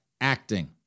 acting